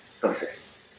process